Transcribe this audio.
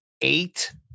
eight